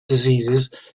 diseases